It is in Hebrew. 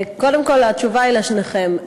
קודם כול, התשובה היא לשניכם.